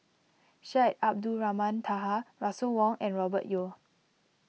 Syed Abdulrahman Taha Russel Wong and Robert Yeo